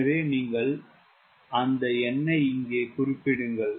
எனவே நீங்கள் அந்த எண்ணை இங்கே குறிப்பிடுங்கள்